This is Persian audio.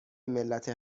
ملت